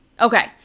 Okay